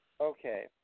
okay